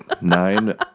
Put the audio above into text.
Nine